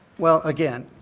well, again,